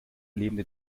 lebende